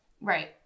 Right